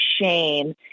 shame